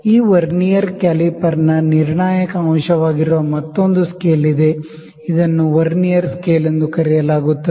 ಈ ವರ್ನಿಯರ್ ಕ್ಯಾಲಿಪರ್ನ ನಿರ್ಣಾಯಕ ಅಂಶವಾಗಿರುವ ಮತ್ತೊಂದು ಸ್ಕೇಲ್ ಇದೆ ಇದನ್ನು ವರ್ನಿಯರ್ ಸ್ಕೇಲ್ ಎಂದು ಕರೆಯಲಾಗುತ್ತದೆ